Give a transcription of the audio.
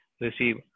receive